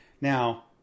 Now